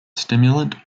stimulant